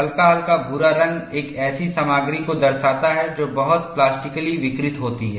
हल्का हल्का भूरा रंग एक ऐसी सामग्री को दर्शाता है जो बहुत प्लास्टिकली विकृत होती है